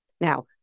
Now